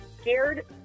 scared